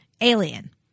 Alien